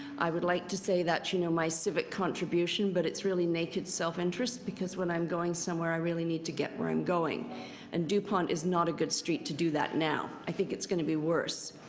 i would like to say that you know my civic contribution, but it's really naked self-interest because when i'm going somewhere, i really need to get where i'm going and dupont is not a good street to do that now. i think it's going to be worse.